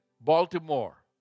Baltimore